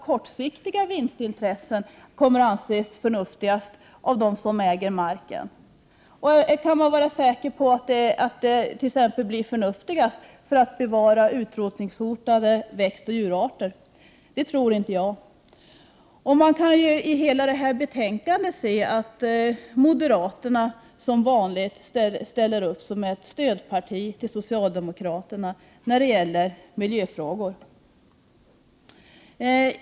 Kortsiktiga vinstintressen kanske kommer att anses vara förnuftigast av dem som äger marken. Kan man vara säker på att det blir förnuftigast när det gäller att bevara utrotningshotade växtoch djurarter? Det tror inte jag. Man kan se i hela det här betänkandet att moderaterna som vanligt ställer upp som stödparti för socialdemokraterna i miljöfrågorna.